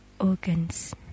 organs